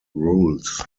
rules